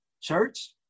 church